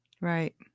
right